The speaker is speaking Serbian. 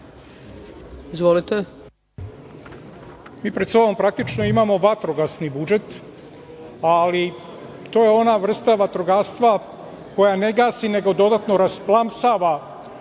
Novaković** Mi pred sobom praktično imamo vatrogasni budžet, ali to je ona vrsta vatrogatstva koja ne gasi, nego dodatno rasplamsava